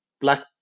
black